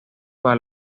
para